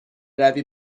روی